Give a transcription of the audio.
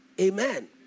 Amen